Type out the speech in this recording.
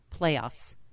playoffs